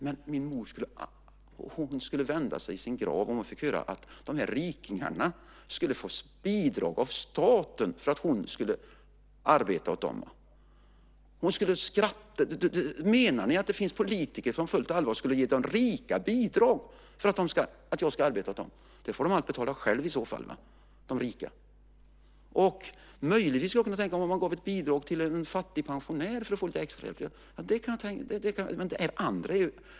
Men min mor skulle vända sig i sin grav om hon fick höra att de här rikingarna skulle få bidrag av staten för att hon skulle arbeta åt dem. Hon skulle skratta: Menar ni att det finns politiker som på fullt allvar skulle vilja ge de rika bidrag för att jag ska arbeta åt dem? Det får de allt betala själva i så fall, de rika. Möjligtvis skulle jag kunna tänka mig att man gav ett bidrag till en fattig pensionär för att bekosta lite extra hjälp. Det kan jag tänka mig.